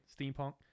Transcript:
Steampunk